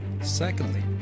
Secondly